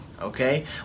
okay